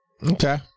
Okay